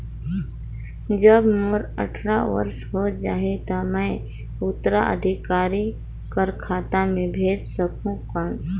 जब मोर अट्ठारह वर्ष हो जाहि ता मैं उत्तराधिकारी कर खाता मे भेज सकहुं कौन?